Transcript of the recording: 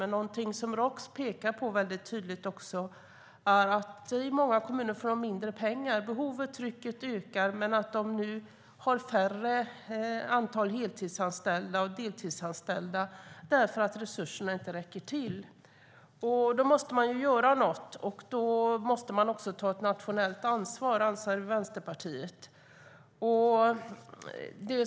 Det Roks tydligt pekar på är att de i många kommuner får mindre pengar. Behovet, trycket, har ökat men de har nu färre heltidsanställda och deltidsanställda då resurserna inte räcker till. Därför måste någonting göras. Vänsterpartiet anser att man måste ta ett nationellt ansvar.